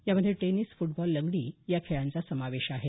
यामध्ये tennis football लंगडी या खेळांचा समावेश आहे